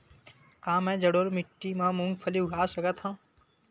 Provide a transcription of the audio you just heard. का मैं जलोढ़ माटी म मूंगफली उगा सकत हंव?